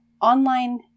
online